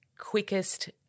quickest